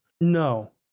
No